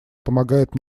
помогает